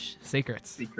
Secrets